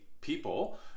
people